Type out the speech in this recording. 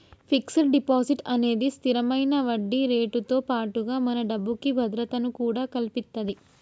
fixed deposit అనేది స్తిరమైన వడ్డీరేటుతో పాటుగా మన డబ్బుకి భద్రతను కూడా కల్పిత్తది